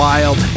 Wild